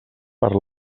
per